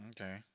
Okay